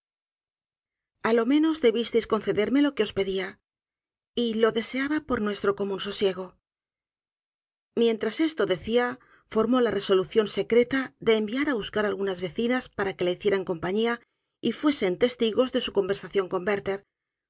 lo menos debisteis concederme lo que os pedia y lo deseaba por nuestro común sosiego mientras esto decía formó la resolución secreta de enviar á buscar algunas vecinas para que la hicieran compañía y fuesen testigos de su conversación con werther